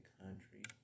country